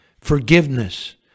Forgiveness